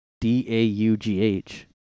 d-a-u-g-h